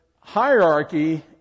Hierarchy